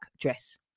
dress